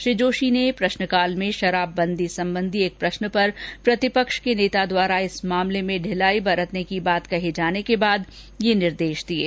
श्री जोशी ने प्रश्नकाल में शराबबदी संबंधी एक प्रश्न पर प्रतिपक्ष के नेता द्वारा इस मामले में ढिलाई बरतने की बात कहे जाने के बाद ये निर्देश दिये